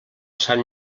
sant